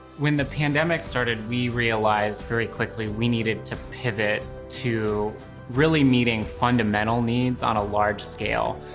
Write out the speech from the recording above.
when the pandemic started, we realized very quickly we needed to pivot to really meeting fundamental needs on a large scale.